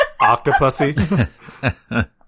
Octopussy